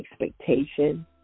expectation